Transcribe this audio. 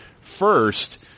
first